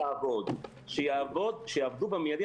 שיעבדו במידי,